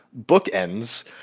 bookends